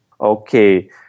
Okay